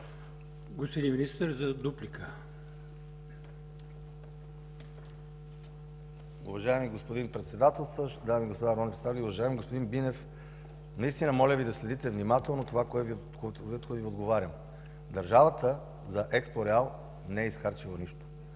Държавата за „Експо Реал” не е изхарчила нищо.